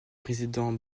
président